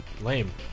lame